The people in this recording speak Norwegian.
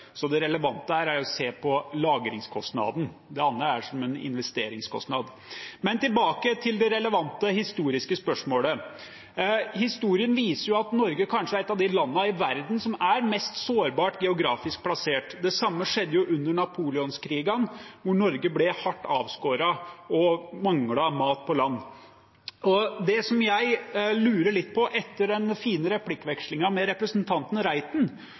så forskjellen vil være at vi bare kjøper litt ekstra korn i en periode. Det relevante her er å se på lagringskostnaden. Det andre er som en investeringskostnad. Men tilbake til det relevante, historiske spørsmålet: Historien viser at Norge kanskje er et av landene i verden som er mest sårbart plassert geografisk. Det samme skjedde jo under napoleonskrigene, da Norge ble hardt avskåret og manglet mat på land. Det jeg lurer litt på etter den fine replikkvekslingen med representanten Reiten,